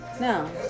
No